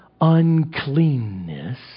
uncleanness